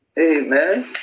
Amen